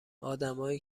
ادمایی